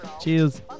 Cheers